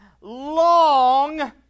long